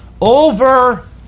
over